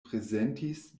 prezentis